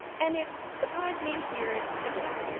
and it surprised me to hear it again.